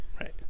Right